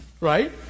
Right